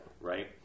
Right